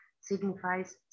signifies